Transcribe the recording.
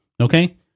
Okay